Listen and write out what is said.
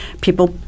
people